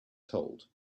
told